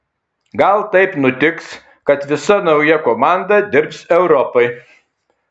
gal taip nutiks kad visa nauja komanda dirbs europai